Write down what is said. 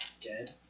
Dead